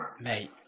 Mate